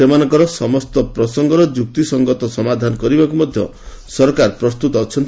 ସେମାନଙ୍କର ସମସ୍ତ ପ୍ରସଙ୍ଗର ଯୁକ୍ତିସଙ୍ଗତ ସମାଧାନ କରିବାକୁ ମଧ୍ୟ ସରକାର ପ୍ରସ୍ତତ ଅଛନ୍ତି